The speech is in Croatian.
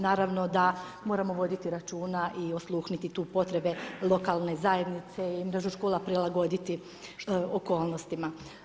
Naravno da moramo voditi računa i osluhnuti tu potrebe lokalne zajednice i mrežu škola prilagoditi okolnostima.